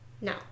No